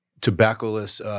tobacco-less